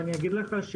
ואני אגיד לך,